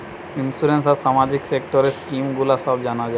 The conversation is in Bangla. ইন্সুরেন্স আর সামাজিক সেক্টরের স্কিম গুলো সব জানা যায়